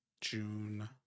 june